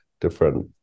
different